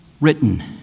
written